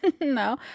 no